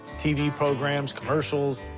tv programs, commercials,